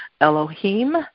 Elohim